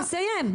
לסיים.